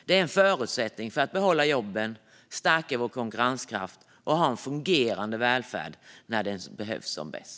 Det är en förutsättning för att vi ska behålla jobben, stärka vår konkurrenskraft och ha en fungerande välfärd när den behövs som mest.